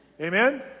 Amen